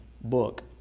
book